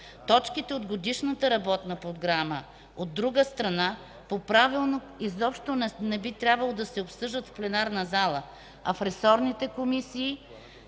Точките от Годишната работна програма, от друга страна, по правило изобщо не би трябвало да се обсъждат в пленарната зала, а в ресорните комисии.